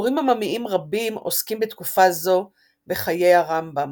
סיפורים עממיים רבים עוסקים בתקופה זו בחיי הרמב"ם,